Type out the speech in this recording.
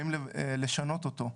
באים לשנות אותו.